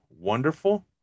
wonderful